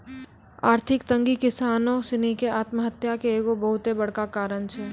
आर्थिक तंगी किसानो सिनी के आत्महत्या के एगो बहुते बड़का कारण छै